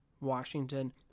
Washington